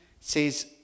says